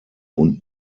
und